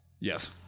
Yes